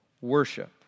worship